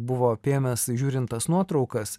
buvo apėmęs žiūrint tas nuotraukas